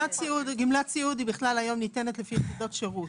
גמלת סיעוד היום ניתנת לפי יחידות שירות.